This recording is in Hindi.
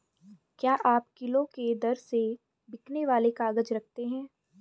क्या आप किलो के दर से बिकने वाले काग़ज़ रखते हैं?